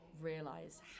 realize